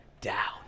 down